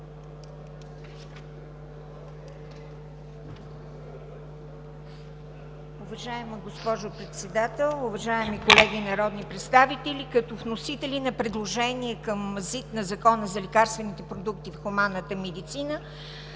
Уважаема госпожо Председател, уважаеми колеги народни представители! Като вносители на предложение към ЗИД на Закона за лекарствените продукти в хуманната медицина